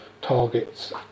targets